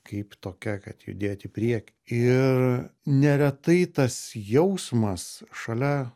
kaip tokia kad judėt į priekį ir neretai tas jausmas šalia